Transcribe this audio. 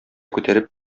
күтәреп